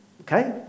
Okay